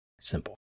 Simple